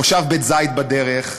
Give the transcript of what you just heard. במושב בית-זית בדרך,